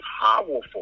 powerful